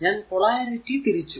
ഞാൻ പൊളാരിറ്റി തിരിച്ചു